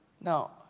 now